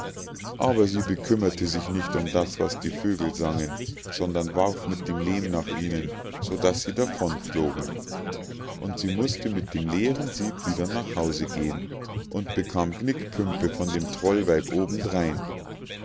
aber sie bekümmerte sich nicht um das was die vögel sangen sondern warf mit dem lehm nach ihnen so daß sie davon flogen und sie mußte mit dem leeren sieb wieder nach hause gehen und bekam gnickpümpe von dem trollweib obendrein